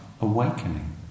awakening